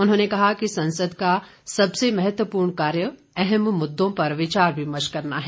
उन्होंने कहा कि संसद का सबसे महत्वपूर्ण कार्य अहम मुद्दों पर विचार विमर्श करना है